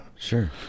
Sure